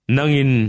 Nangin